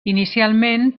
inicialment